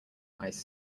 ice